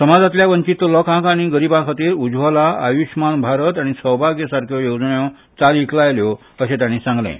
समाजांतल्या वंचीत लोकांक आनी गरिबां खातीर उज्वला आयुश्यमान भारत आनी सौभाग्य सारक्यो येवजण्यो चालीक लायल्यो अशें तांणी सांगलें